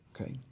Okay